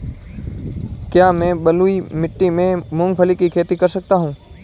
क्या मैं बलुई मिट्टी में मूंगफली की खेती कर सकता हूँ?